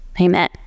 Amen